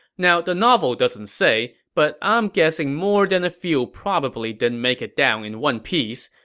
now the novel doesn't say, but i'm guessing more than a few probably didn't make it down in one piece.